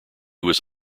was